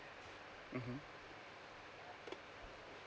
mmhmm